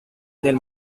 del